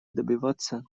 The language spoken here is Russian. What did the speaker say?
добиваться